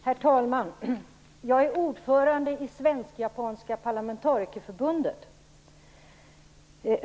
Herr talman! Jag är ordförande i Svensk-japanska parlamentarikerförbundet.